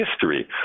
history